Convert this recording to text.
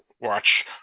watch